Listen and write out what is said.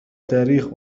تاريخ